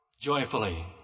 joyfully